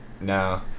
no